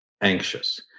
anxious